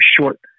short